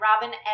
Robin